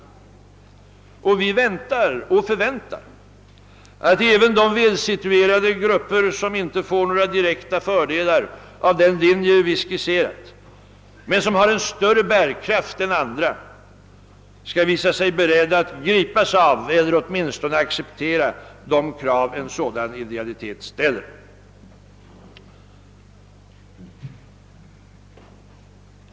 Och vi väntar och förväntar att även de välsituerade grupper som icke får några direkta fördelar av den linje vi skisserat men som har en större bärkraft än andra skall visa sig beredda att gripas av eller åtminstone acceptera de krav en sådan idealitet ställer.